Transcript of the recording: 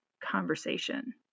conversation